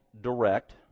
direct